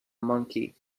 monkey